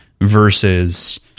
versus